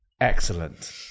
Excellent